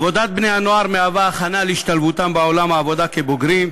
עבודת בני-הנוער מהווה הכנה להשתלבותם בעולם העבודה כבוגרים,